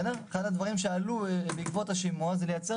אחד הדברים שעלו בעקבות השימוע זה לייצר